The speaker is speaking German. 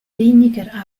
weniger